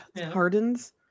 hardens